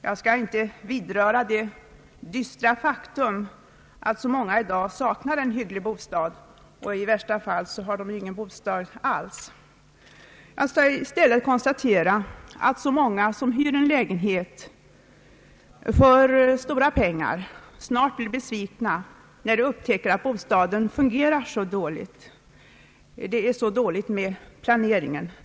Jag skall inte vidröra det dystra faktum att så många i dag saknar en hygglig bostad och i värsta fall inte har bostad alls. Jag skall i stället konstatera att många som hyr en lägenhet för stora pengar snart blir besvikna, när de upptäcker att bostaden fungerar så dåligt. Det är så dåligt med planeringen.